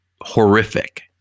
horrific